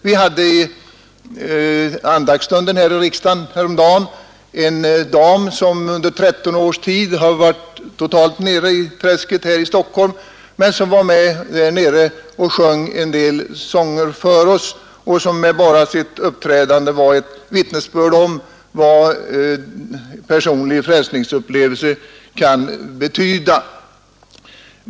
Vi hade i andaktstunden här i riksdagen häromdagen en dam som under 13 års tid har varit totalt nere i träsket här i Stockholm men som var med och sjöng en del sånger för oss och som med bara sitt uppträdande var ett vittnesbörd om vad personlig frälsningsupplevelse kan betyda.